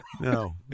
No